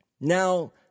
Now